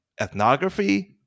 ethnography